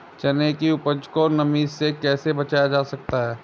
चने की उपज को नमी से कैसे बचाया जा सकता है?